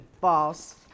false